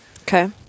Okay